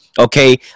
Okay